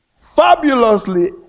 fabulously